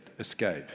escape